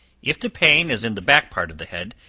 if the pain is in the back part of the head,